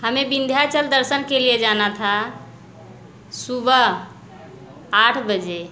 हमें विंदयाचल दर्शन के लिए जाना था सुबह आठ बजे